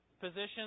positions